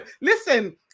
Listen